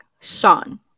Sean